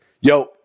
Yo